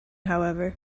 however